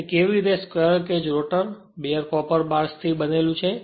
તેથી કેવી રીતે એક squirrel cage rotor bare copper બાર્સથી બનેલું છે